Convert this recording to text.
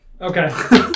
Okay